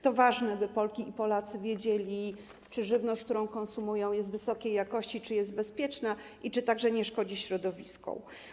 To ważne, by Polki i Polacy wiedzieli, czy żywność, którą konsumują, jest wysokiej jakości, czy jest ona bezpieczna i czy także nie szkodzi środowisku.